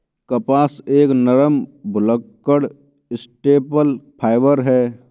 कपास एक नरम, भुलक्कड़ स्टेपल फाइबर है